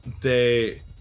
they-